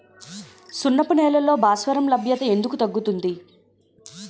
సున్నపు నేలల్లో భాస్వరం లభ్యత ఎందుకు తగ్గుతుంది?